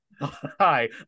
Hi